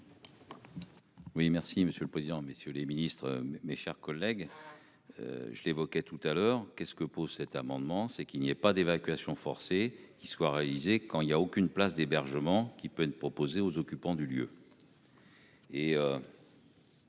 Oui, merci Monsieur le Président, messieurs les ministres, mes chers collègues. Je l'évoquais tout à l'heure, qu'est-ce que pose cet amendement, c'est qu'il n'y ait pas d'évacuation forcée qui soit réalisé quand il y a aucune place d'hébergement qui peut être proposer aux occupants du lieu.